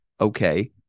okay